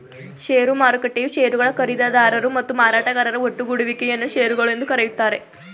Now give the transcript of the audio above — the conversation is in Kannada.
ಷೇರು ಮಾರುಕಟ್ಟೆಯು ಶೇರುಗಳ ಖರೀದಿದಾರರು ಮತ್ತು ಮಾರಾಟಗಾರರ ಒಟ್ಟುಗೂಡುವಿಕೆ ಯನ್ನ ಶೇರುಗಳು ಎಂದು ಕರೆಯುತ್ತಾರೆ